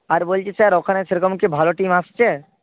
আর বলছি স্যার ওখানে সেরকম কি ভালো টিম আসছে